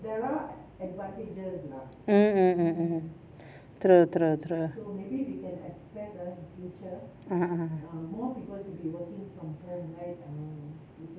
mm mm mm mm true true true ah ah